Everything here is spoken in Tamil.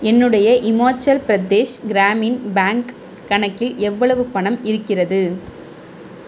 என்னுடைய இமாச்சல் பிரதேஷ் கிராமின் பேங்க் கணக்கில் எவ்வளவு பணம் இருக்கிறது